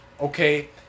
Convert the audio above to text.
okay